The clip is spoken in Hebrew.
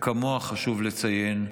כמוה, חשוב לציין,